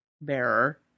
bearer